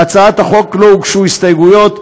להצעת החוק לא הוגשו הסתייגויות.